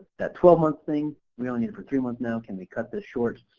that twelve month thing we only need it for three months now, can we cut this short?